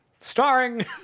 Starring